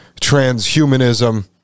transhumanism